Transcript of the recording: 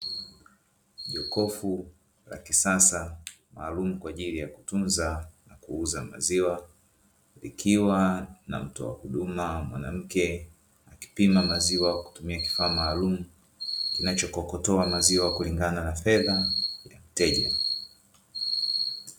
Jokofu la kisasa maalumu kwa ajili ya kutunza na kuuza maziwa. Likiwa na mtoa huduma mwanamke akipima maziwa kutumia kifaa maalumu kinacho kokotoa maziwa kulingana na fedha ya mteja.